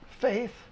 Faith